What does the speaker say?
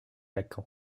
lacan